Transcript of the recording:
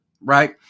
right